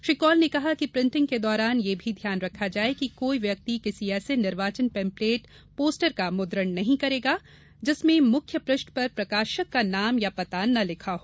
श्री कौल ने कहा कि प्रिन्टिग के दौरान यह भी ध्यान रखा जाए कि कोई व्यक्ति किसी ऐसे निर्वाचन पम्पलेट पोस्टर मुद्रण नहीं करेगा जिसमें मुख्य पृष्ठ पर प्रकाशक का नाम या पता नहीं लिखा हो